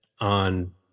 on